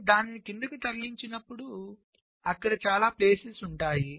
మనము దానిని క్రిందికి తరలించినప్పుడు అక్కడ చాలా ప్లేస్ లు ఉంటాయి